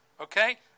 Okay